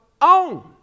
own